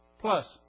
plus